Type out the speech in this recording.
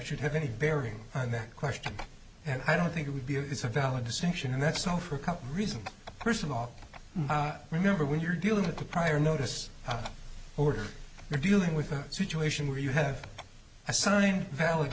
should have any bearing on that question and i don't think it would be it's a valid distinction and that's so for a couple reasons first of all remember when you're dealing with a prior notice board you're dealing with a situation where you have assigned valid